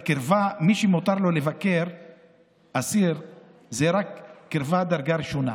מי שמותר לו לבקר אסיר זה רק בקרבה של דרגה ראשונה.